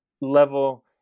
level